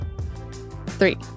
Three